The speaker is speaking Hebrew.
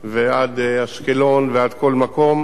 ועד אשקלון ועד כל מקום,